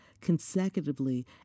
consecutively